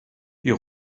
die